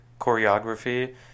choreography